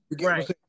Right